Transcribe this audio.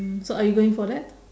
so are you going for that